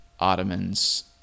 Ottomans